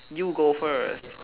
you go first